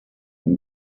and